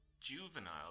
juvenile